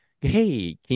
Hey